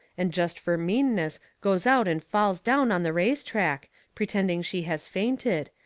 and jest fur meanness goes out and falls down on the race track, pertending she has fainted,